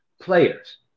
Players